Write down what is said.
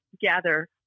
gather